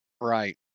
Right